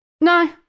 No